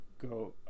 go